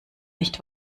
nicht